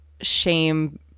shame